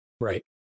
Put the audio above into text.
Right